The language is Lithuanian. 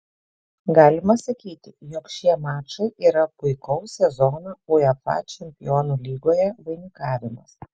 galima sakyti jog šie mačai yra puikaus sezono uefa čempionų lygoje vainikavimas